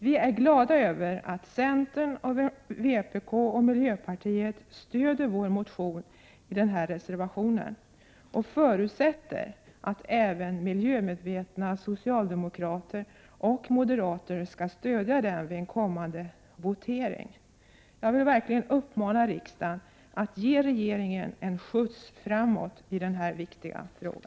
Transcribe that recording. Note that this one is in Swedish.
Vi är glada över att centern, vpk och miljöpartiet stöder vårt förslag i denna reservation och förutsätter att även miljömedvetna socialdemokrater och moderater skall stödja den vid den kommande voteringen. Jag vill verkligen uppmana riksdagen att ge regeringen en skjuts framåt i denna viktiga fråga.